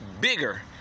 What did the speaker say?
bigger